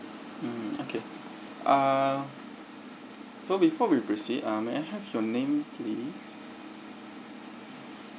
mm okay uh so before we proceed um may I have your name please